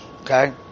Okay